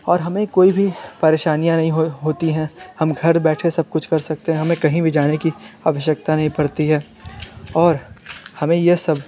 और हमें कोई भी परेशानियाँ नहीं हो होती है हम घर बैठे सब कुछ कर सकते है हमें कही भी जाने की आवश्कता नहीं पड़ती है और हमें ये सब